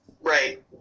Right